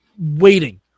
waiting